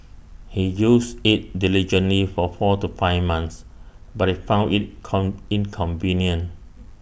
he used IT diligently for four to five months but IT found IT con inconvenient